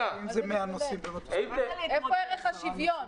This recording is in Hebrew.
איפה ערך השוויון?